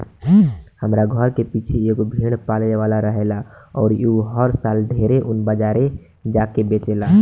हमरा घर के पीछे एगो भेड़ पाले वाला रहेला अउर उ हर साल ढेरे ऊन बाजारे जा के बेचेला